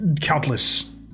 countless